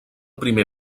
primer